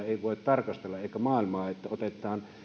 voi tarkastella niin että otetaan